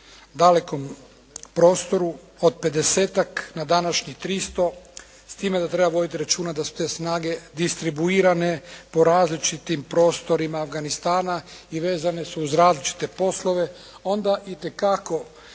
dalekom prostoru od 50-tak na današnjih 300, s time da treba voditi računa da su te snage distribuirane po različitim prostorima Afganistana i vezane su uz različite poslove, onda itekako